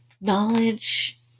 knowledge